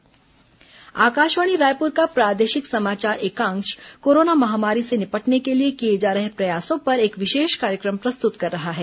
corona विशेष कार्यक्रम आकाशवाणी रायपुर का प्रादेशिक समाचार एकांश कोरोना महामारी से निपटने के लिए किए जा रहे प्रयासों पर एक विशेष कार्यक्रम प्रस्तुत कर रहा है